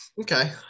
okay